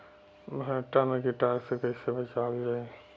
भनटा मे कीटाणु से कईसे बचावल जाई?